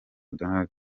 donald